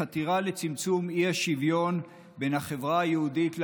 חתירה לצמצום האי-שוויון בין החברה היהודית לערבית,